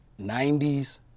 90s